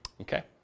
okay